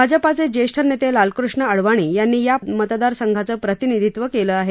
भाजपाचे ज्येष्ठ नेते लालकृष्ण अडवाणी यांनी या मतदारसंघांचं प्रतिनिधित्व केलं आहे